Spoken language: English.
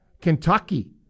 Kentucky